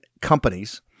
companies